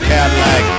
Cadillac